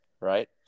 right